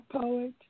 poet